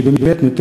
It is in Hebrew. שבאמת,